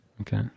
Okay